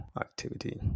activity